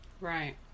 Right